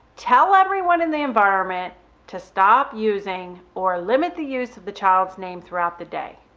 tell everyone in the environment to stop using or limit the use of the child's name throughout the day.